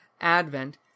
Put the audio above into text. Advent